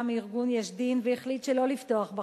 מארגון "יש דין" והחליט שלא לפתוח בחקירה.